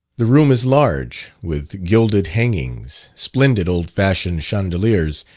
the room is large, with gilded hangings, splendid old-fashioned chandeliers,